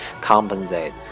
compensate